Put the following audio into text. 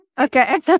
Okay